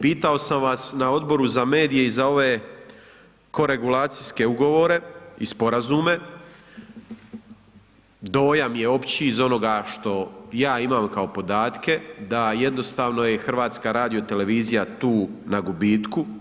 Pitao sam vas na Odboru za medije i za ove koregulacijske ugovore i sporazume, dojam je opći iz onoga što ja imam kao podatke da jednostavno je HRT tu na gubitku.